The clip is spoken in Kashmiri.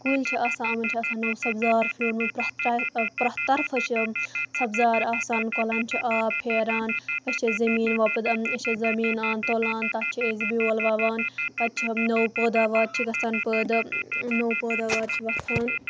کُلۍ چھِ آسان یِمن چھِ آسان نوٚو سَبزار پھیوٗرمُت پرٮ۪تھ طر پرٮ۪تھ طرفہٕ چھِ سَبزار آسان کۄلن چھُ آب پھیران أسۍ چھِ زٔمیٖن وۄپد أسۍ چھِ زٔمیٖن عام تور تُلان تَتھ چھِ أسۍ بیول وَوان پَتہٕ چھِ نوٚو پٲداوار چھِ گژھان پٲدٕ نوٚو پٲداوار چھِ وۄتھان